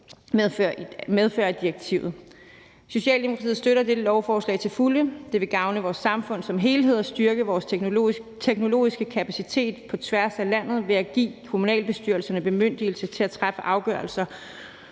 medfør af direktivet. Socialdemokratiet støtter dette lovforslag til fulde. Det vil gavne vores samfund som helhed og styrke vores teknologiske kapacitet på tværs af landet ved at give kommunalbestyrelserne bemyndigelse til at træffe afgørelser